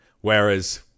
whereas